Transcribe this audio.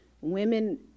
Women